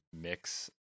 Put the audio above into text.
mix